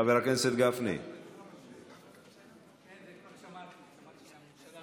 חברי הכנסת, אני מתכבד להציג